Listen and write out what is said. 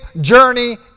journey